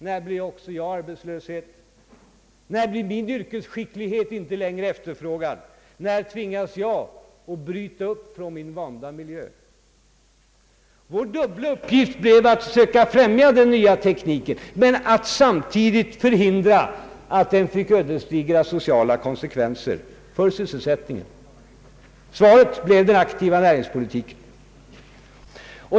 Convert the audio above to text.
När blir också jag arbetslös, tänkte de, när blir min yrkesskicklighet inte längre efterfrågad, när tvingas jag bryta upp från min vanda miljö? Vår dubbla uppgift blev att söka främja den nya tekniken men samtidigt förhindra att den fick ödesdigra sociala konsekvenser för sysselsättningen. Svaret blev den aktiva näringspolitiken.